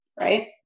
Right